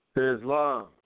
Islam